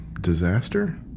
disaster